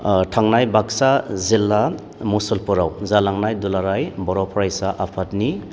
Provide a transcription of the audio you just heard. थांनाय बाकसा जिल्ला मुसलपुराव जालांनाय दुलाराय बर' फरायसा आफादनि